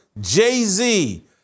Jay-Z